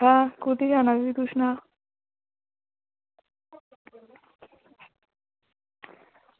हां कुत्थे जाना फ्ही तूं सना